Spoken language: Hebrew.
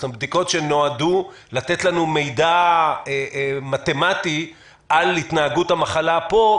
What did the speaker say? בדיקות שנועדו לתת לנו מידע מתמטי על התנהגות המחלה פה,